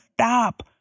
stop